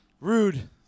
Rude